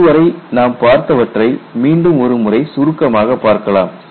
இதுவரை நாம் பார்த்தவற்றை மீண்டும் ஒரு முறை சுருக்கமாக பார்க்கலாம்